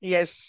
Yes